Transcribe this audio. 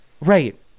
Right